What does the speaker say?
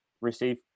receive